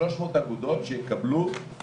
שלוש מאות אגודות שיקבלו